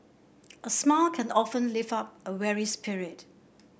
a smile can often lift up a weary spirit